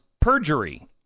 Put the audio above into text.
perjury